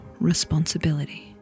responsibility